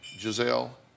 Giselle